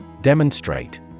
Demonstrate